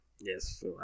yes